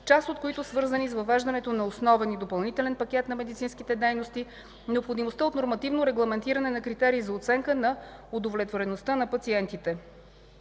част от които, свързани с въвеждането на основен и допълнителен пакет на медицинските дейности, необходимостта от нормативно регламентиране на критерии за оценка на удовлетвореността на пациентите.